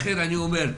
לכן אני אומר,